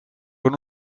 con